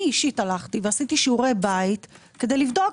אני אישית הלכתי ועשיתי שיעורי בית כדי לבדוק